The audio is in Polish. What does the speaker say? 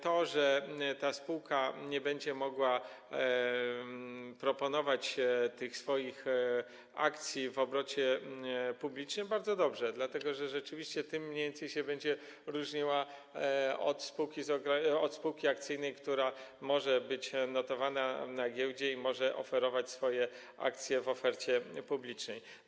To, że ta spółka nie będzie mogła proponować swoich akcji w obrocie publicznym, to bardzo dobrze, dlatego że rzeczywiście tym mniej więcej będzie się różniła od spółki akcyjnej, która może być notowana na giełdzie i może oferować swoje akcje w ofercie publicznej.